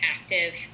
active